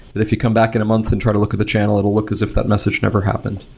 if you come back in a month and try to look at the channel, it will look as if that message never happened.